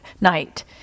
night